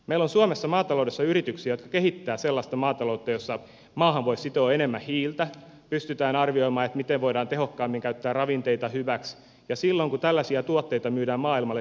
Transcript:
meillä on suomessa maataloudessa yrityksiä jotka kehittävät sellaista maataloutta jossa maahan voi sitoa enemmän hiiltä pystytään arvioimaan miten voidaan tehokkaammin käyttää ravinteita hyväksi ja silloin kun tällaisia tuotteita myydään maailmalle kuluttajakysyntä kasvaa